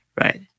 right